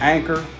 Anchor